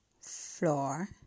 floor